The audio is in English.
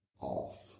off